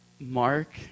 Mark